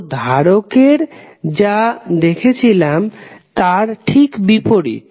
তো ধারকের যা দেখছিলাম তার ঠিক বিপরীত